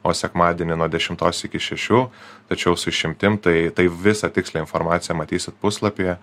o sekmadienį nuo dešimtos iki šešių tačiau su išimtim tai tai visą tikslią informaciją matysit puslapyje